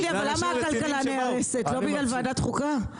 למה הכלכלה נהרסת, לא בגלל ועדת חוקה?